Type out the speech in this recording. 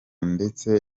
ndetse